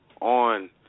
on